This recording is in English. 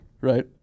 Right